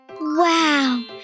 Wow